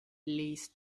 least